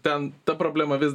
ten ta problema vis